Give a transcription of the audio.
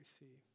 receive